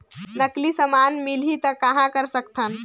नकली समान मिलही त कहां कर सकथन?